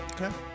okay